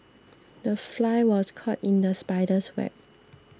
the fly was caught in the spider's web